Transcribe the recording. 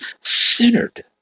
centered